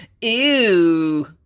Ew